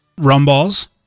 Rumballs